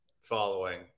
following